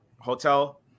hotel